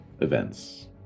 events